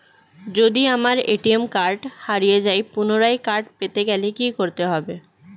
যদি আমার ATM card হারিয়ে যায় পুনরায় কার্ড পেতে গেলে কি করতে হবে?